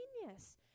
genius